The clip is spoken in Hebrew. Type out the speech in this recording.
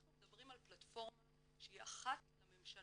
אנחנו מדברים על פלטפורמה שהיא אחת לממשלה.